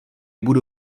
budu